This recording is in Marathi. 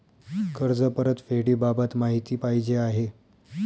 कर्ज परतफेडीबाबत माहिती पाहिजे आहे